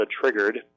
triggered